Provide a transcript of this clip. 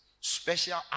Special